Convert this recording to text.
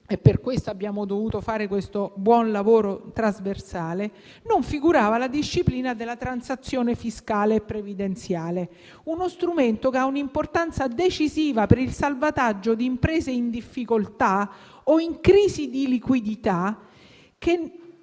e per questo abbiamo dovuto fare questo buon lavoro trasversale - la disciplina della transazione fiscale e previdenziale: uno strumento che ha un'importanza decisiva per il salvataggio di imprese in difficoltà o in crisi di liquidità che, con